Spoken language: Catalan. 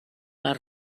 les